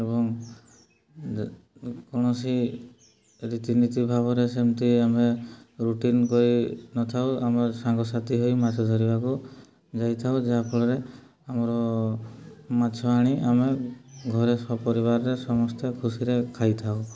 ଏବଂ କୌଣସି ରୀତିନୀତି ଭାବରେ ସେମିତି ଆମେ ରୁଟିନ୍ କରିନଥାଉ ଆମର ସାଙ୍ଗସାଥି ହୋଇ ମାଛ ଧରିବାକୁ ଯାଇଥାଉ ଯାହାଫଳରେ ଆମର ମାଛ ଆଣି ଆମେ ଘରେ ସପରିବାରରେ ସମସ୍ତେ ଖୁସିରେ ଖାଇଥାଉ